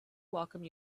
welcome